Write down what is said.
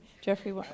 Jeffrey